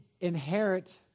inherit